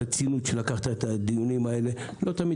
הרצינות שלקחת את הדיונים האלה לא תמיד